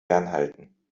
fernhalten